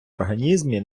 організмі